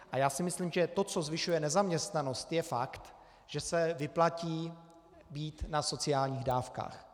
A já si myslím, že to, co zvyšuje nezaměstnanost, je fakt, že se vyplatí být na sociálních dávkách.